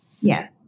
Yes